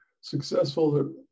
successful